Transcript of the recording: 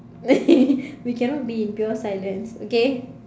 we cannot be in pure silence okay